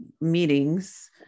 meetings